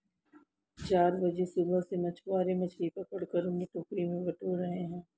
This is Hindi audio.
चार बजे सुबह से मछुआरे मछली पकड़कर उन्हें टोकरी में बटोर रहे हैं